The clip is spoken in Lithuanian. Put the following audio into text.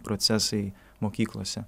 procesai mokyklose